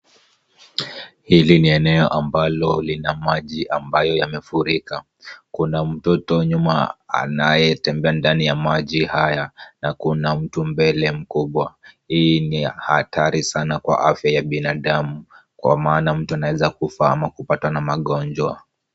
Hili ni eneo ambalo lina maji ambayo yamefurika. Kuna mtoto nyuma anayetembea ndani ya maji haya na kuna mtu mbele mkubwa. Hii ni hatari sana kwa afya ya binadamu, kwa maana mtu anaweza kufa ama kupatwa na magonjwa.